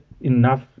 enough